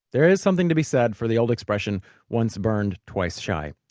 there's something to be said for the old expression once burned, twice shy.